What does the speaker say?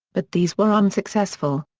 but these were unsuccessful.